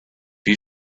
you